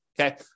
okay